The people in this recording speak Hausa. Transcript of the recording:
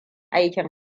aikin